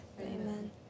Amen